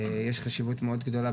יש חשיבות מאוד גדולה,